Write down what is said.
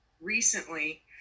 recently